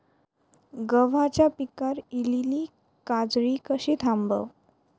गव्हाच्या पिकार इलीली काजळी कशी थांबव?